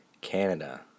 Canada